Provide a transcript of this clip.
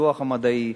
בפיתוח המדעי,